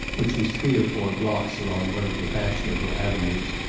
which was three or four blocks along one of the fashionable avenues,